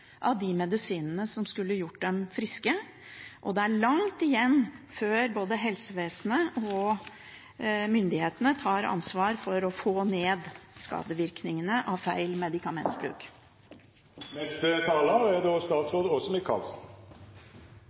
av de medisinene som skulle gjort dem friske. Det er langt igjen før både helsevesenet og myndighetene tar ansvar for å få ned antallet skadevirkninger av feil medikamentbruk. Riktig behandling til riktig tid er